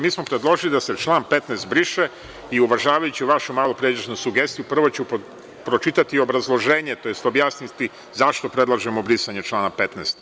Mi smo predložili da se član 15. briše i, uvažavajući vašu malopređašnju sugestiju, prvo ću pročitati obrazloženje, tj. objasniti zašto predlažemo brisanje člana 15.